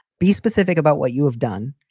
be specific about what you have done,